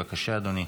בבקשה, אדוני.